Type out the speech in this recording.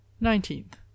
Nineteenth